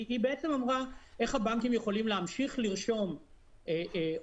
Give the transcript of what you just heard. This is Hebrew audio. היא בעצם אמרה איך הבנקים יכולים להמשיך לרשום או